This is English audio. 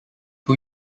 two